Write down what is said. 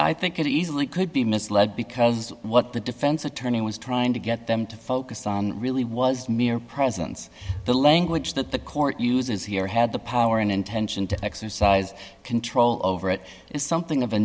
i think it easily could be misled because what the defense attorney was trying to get them to focus on really was mere presence the language that the court uses here had the power and intention to exercise control over it is something of a